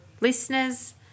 Listeners